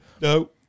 No